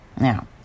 Now